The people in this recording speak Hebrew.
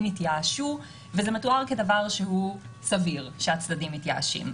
התייאשו וזה מתואר כדבר שהוא סביר שהצדדים מתייאשים.